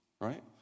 right